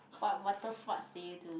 what water sports do you do